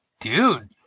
dude